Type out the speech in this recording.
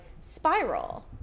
spiral